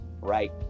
right